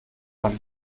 von